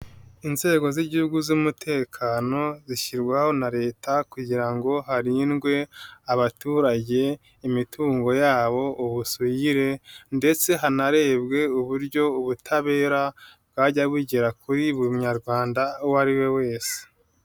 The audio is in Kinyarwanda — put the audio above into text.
Inzego z'Igihugu z'umutekano zishyirwaho na Leta kugira ngo harindwe abaturage, imitungo yabo, ubusugire ndetse hanarebwe uburyo ubutabera bwajya bugera kuri buri Munyarwanda uwo ari we wese.